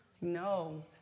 No